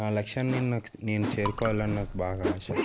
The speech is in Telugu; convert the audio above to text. నా లక్ష్యాన్ని నేను నేను చేరుకోవాలని నాకు బాగా ఆశ